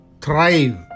thrive